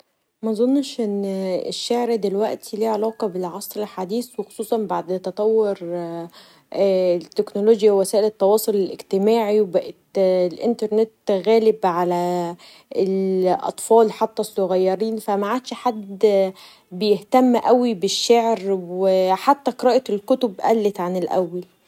مظنش دلوقتي ان الشعر له علاقه بالعصر الحديث و خصوصا بعد تطور التكنولوجيا و وسائل التواصل الاجتماعي بقي الإنترنت غالبا علي الاطفال حتي الصغيرين فمش عاد حد بيهتم اوي بالشعر و حتي قراءه الكتب قلت عن الاول.